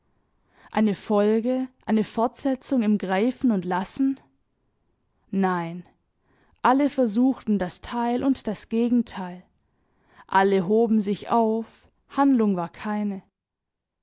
eine folge eine fortsetzung im greifen und lassen nein alle versuchten das teil und das gegenteil alle hoben sich auf handlung war keine